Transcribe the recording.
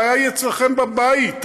הבעיה היא אצלכם בבית.